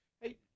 Hey